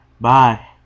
Bye